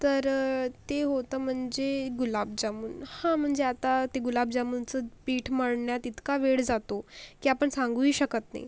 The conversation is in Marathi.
तर ते होतं म्हणजे गुलाबजामुन हां म्हणजे आता ते गुलाबजामुनचं पीठ मळण्यात इतका वेळ जातो की आपण सांगूही शकत नाही